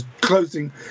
closing